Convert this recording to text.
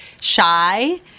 shy